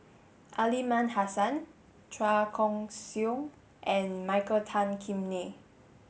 Aliman Hassan Chua Koon Siong and Michael Tan Kim Nei